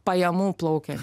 pajamų plaukia